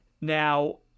Now